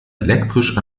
elektrisch